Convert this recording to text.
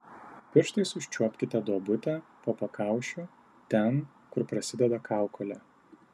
pirštais užčiuopkite duobutę po pakaušiu ten kur prasideda kaukolė